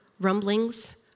rumblings